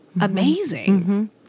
amazing